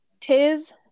Tis